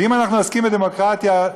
ואם עוסקים בדמוקרטיה,